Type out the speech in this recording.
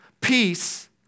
peace